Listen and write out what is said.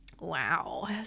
Wow